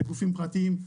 לגופים פרטיים,